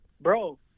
Bro